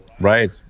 Right